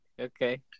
okay